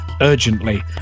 urgently